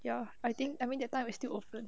ya I think I mean that time is still often